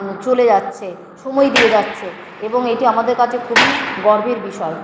চলে যাচ্ছে সময় দিয়ে যাচ্ছে এবং এটি আমাদের কাছে খুবই গর্বের বিষয়